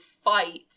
fight